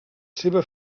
seva